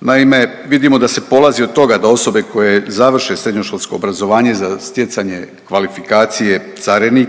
Naime, vidimo da se polazi od toga da osobe koje završe srednjoškolsko obrazovanje za stjecanje kvalifikacije carinik